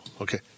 Okay